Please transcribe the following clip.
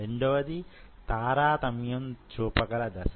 రెండవది తారతమ్యం చూపగల దశ